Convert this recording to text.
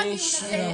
זה בושה.